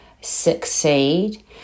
succeed